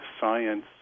science